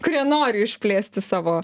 kurie nori išplėsti savo